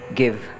give